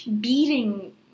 beating